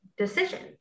decision